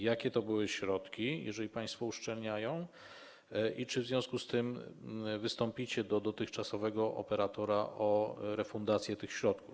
Jakie to były środki, jeżeli państwo uszczelniają, i czy w związku z tym wystąpicie do dotychczasowego operatora o refundację tych środków?